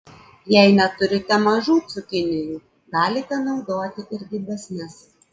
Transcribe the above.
jei neturite mažų cukinijų galite naudoti ir didesnes